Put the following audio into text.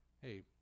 hey